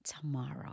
tomorrow